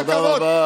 תודה רבה.